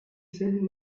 said